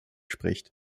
spricht